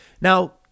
Now